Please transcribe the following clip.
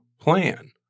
Plan